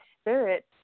spirit